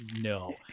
no